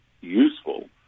useful